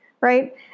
right